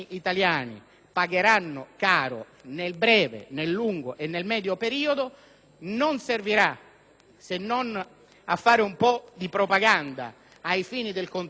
se non a fare un po' di propaganda ai fini del contrasto all'immigrazione clandestina. Se mi è consentito sottolinearlo,